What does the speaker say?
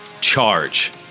charge